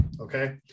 Okay